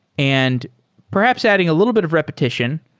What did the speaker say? and perhaps adding a little bit of repetition,